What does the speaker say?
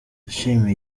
yashimiye